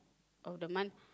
of the month